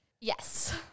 Yes